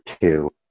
two